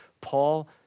Paul